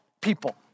people